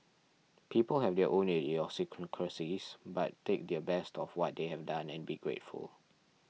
people have their own idiosyncrasies but take their best of what they have done and be grateful